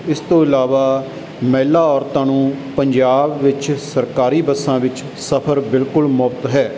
ਇਸ ਤੋਂ ਇਲਾਵਾ ਮਹਿਲਾ ਔਰਤਾਂ ਨੂੰ ਪੰਜਾਬ ਵਿੱਚ ਸਰਕਾਰੀ ਬੱਸਾਂ ਵਿੱਚ ਸਫ਼ਰ ਬਿਲਕੁਲ ਮੁਫ਼ਤ ਹੈ